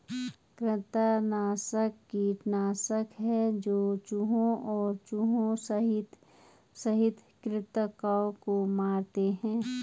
कृंतकनाशक कीटनाशक है जो चूहों और चूहों सहित कृन्तकों को मारते है